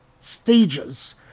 stages